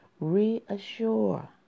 reassure